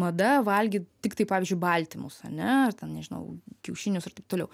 mada valgyt tiktai pavyzdžiui baltymus ane ar ten nežinau kiaušinius ir taip toliau